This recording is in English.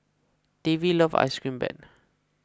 Davy loves Ice Cream Bread